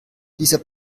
dieser